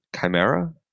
chimera